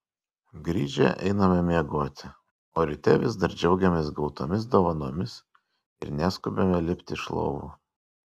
grįžę einame miegoti o ryte vis dar džiaugiamės gautomis dovanomis ir neskubame lipti iš lovų